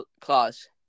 clause